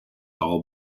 all